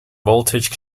voltage